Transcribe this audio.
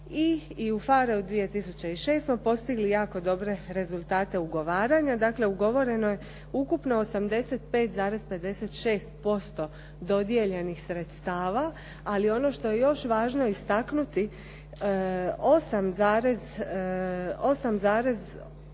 i u PHARE-u 2006. smo postigli jako dobre rezultate ugovaranja. Dakle, ugovoreno je ukupno 85,56% dodijeljenih sredstava ali ono što je još važno istaknuti 8,59%